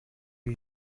eat